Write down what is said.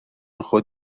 خود